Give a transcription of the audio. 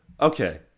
Okay